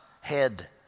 head